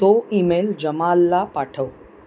तो ईमेल जमालला पाठव